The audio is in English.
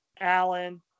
Allen